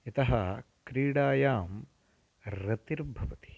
यतः क्रीडायां रतिर्भवति